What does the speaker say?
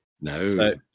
No